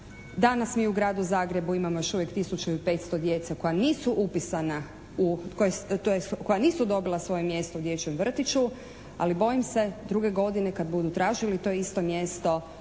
Danas mi u gradu Zagrebu imamo još uvijek 1500 djece koja nisu upisana tj. koja nisu dobila svoje mjesto u dječjem vrtiću, ali bojim se druge godine kad budu tražili to isto mjesto